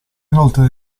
inoltre